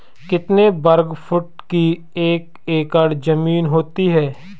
कितने वर्ग फुट की एक एकड़ ज़मीन होती है?